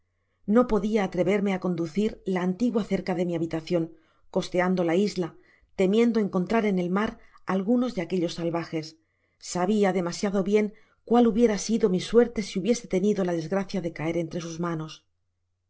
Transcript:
no podia atreverme á conducir la antigua cerca de mi habitacion costeando la isla temiendo encontrar en el mar algunos de aquellos salvajes sabia demasiado bien cual hubiera sido mi suerte si hubiese tenido la desgracia de caer entre sus manos